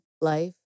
life